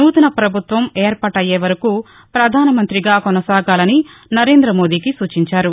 నూతన ప్రభుత్వం ఏర్పాటయ్యే వరకూ ప్రధాన మంతిగా కొనసాగాలని నరేందమోదీకి సూచించారు